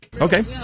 Okay